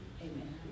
amen